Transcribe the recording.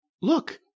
look